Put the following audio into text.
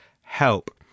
help